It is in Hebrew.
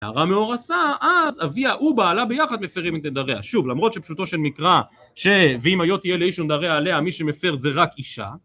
נערה מאורסה, אז אביה ובעלה ביחד מפירים את נדריה, שוב למרות שפשוטו של מקרא ש... ואם היה תהיה לאיש ונדריה עליה מי שמפר זה רק אישה